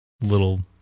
little